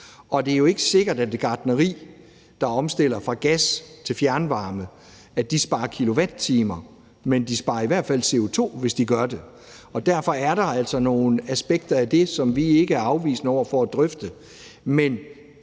Det er jo ikke sikkert, at et gartneri, der omstiller fra gas til fjernvarme, sparer kilowatt-timer, men de sparer i hvert fald CO2, hvis de gør det. Derfor er der altså nogle aspekter af det, som vi ikke er afvisende over for at drøfte. Men